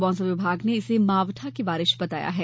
मौसम विभाग ने इसे मावठा की बारिश बताया है